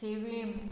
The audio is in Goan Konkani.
थिवी